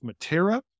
Matera